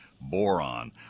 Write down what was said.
boron